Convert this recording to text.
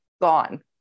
gone